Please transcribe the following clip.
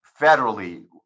federally